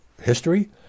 history